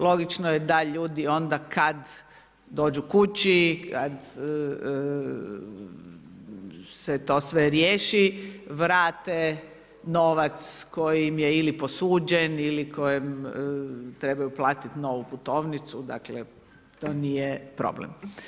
Logično je da ljudi onda kada dođu kući, kad se to sve riješi vrate novac koji im je ili posuđen ili kojim trebaju platiti novu putovnicu, dakle to nije problem.